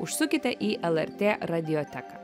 užsukite į lrt radioteką